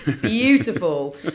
beautiful